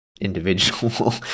individual